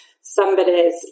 somebody's